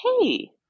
hey